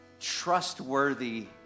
trustworthy